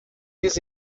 this